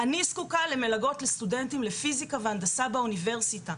אני זקוקה למלגות סטודנטים לפיזיקה והנדסה באוניברסיטה,